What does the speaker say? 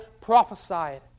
prophesied